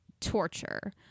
torture